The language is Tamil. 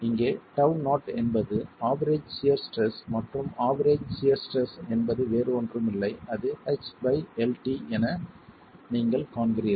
எனவே இங்கே τ0 என்பது ஆவெரேஜ் சியர் ஸ்ட்ரெஸ் மற்றும் ஆவெரேஜ் சியர் ஸ்ட்ரெஸ் என்பது வேறு ஒன்றுமில்லை அது Hlt என நீங்கள் காண்கிறீர்கள்